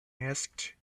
asked